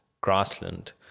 grassland